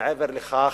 מעבר לכך,